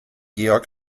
georg